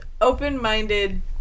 open-minded